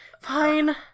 Fine